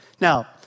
Now